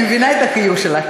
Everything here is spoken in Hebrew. אני מבינה את החיוך שלך,